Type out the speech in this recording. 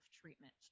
treatment